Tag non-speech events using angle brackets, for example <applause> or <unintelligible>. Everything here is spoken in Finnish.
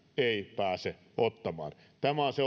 ei pääse ottamaan tämä on se <unintelligible>